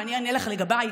ואני אענה לך לגביי,